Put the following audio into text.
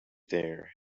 there